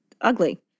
ugly